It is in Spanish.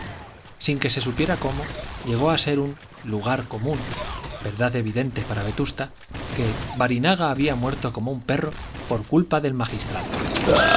sin que se supiera cómo llegó a ser un lugar común verdad evidente para vetusta que barinaga había muerto como un perro por culpa del magistral